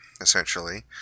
essentially